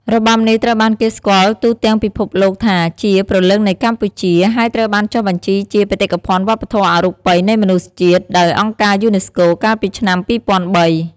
របាំនេះត្រូវបានគេស្គាល់ទូទាំងពិភពលោកថាជា "ព្រលឹងនៃកម្ពុជា" ហើយត្រូវបានចុះបញ្ជីជា បេតិកភណ្ឌវប្បធម៌អរូបីនៃមនុស្សជាតិ ដោយអង្គការយូណេស្កូ កាលពីឆ្នាំ ២០០៣។